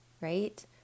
right